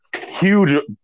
huge